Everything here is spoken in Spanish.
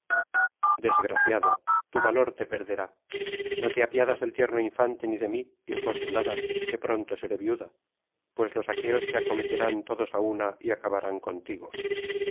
desgraciado tu valor te perderá no te apiadas del tierno infante ni de mí infortunada que pronto seré viuda pues los aqueos te acometerán todos á una y acabarán contigo